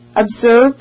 Observe